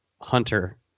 Hunter